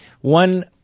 One